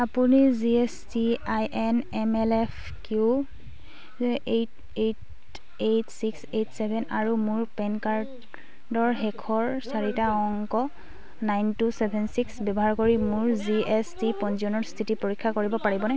আপুনি G S T I N M L F Q eight eight eight six eight seven আৰু মোৰ PAN কাৰ্ডৰ শেষৰ চাৰিটা অংক নাইন টু চেভেন চিক্স ব্যৱহাৰ কৰি মোৰ জি এছ টি পঞ্জীয়নৰ স্থিতি পৰীক্ষা কৰিব পাৰিবনে